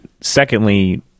secondly